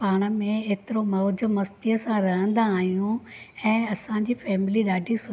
पाण में एतिरो मौज मस्तीअ सां रहंदा आहियूंं ऐं असांजी फैमिली ॾाढी